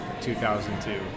2002